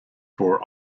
for